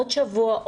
עוד שבוע,